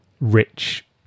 rich